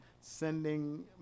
sending